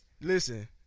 Listen